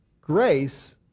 grace